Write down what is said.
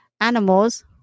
animals